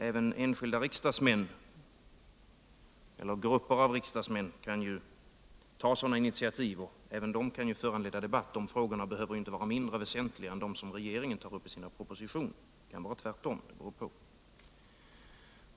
Även enskilda riksdagsmän eller grupper av riksdagsmän kan ju ta initiativ, och de frågor som då tas upp behöver inte vara mindre väsentliga än de som regeringen tar upp i sina propositioner. Det kan vara tvärtom.